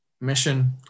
mission